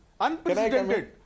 unprecedented